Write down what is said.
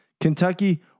Kentucky